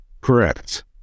Correct